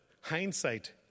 hindsight